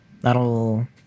That'll